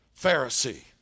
Pharisee